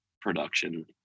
production